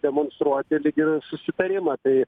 demonstruoti lyg ir susitarimą tai